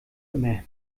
immer